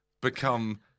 become